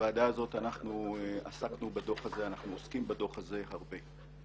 שם עסקנו ועדיין עוסקים הרבה בדוח זה.